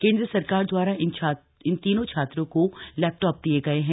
केंद्र सरकार द्वारा इन तीनों छात्रों को लैपटॉप दिए गए है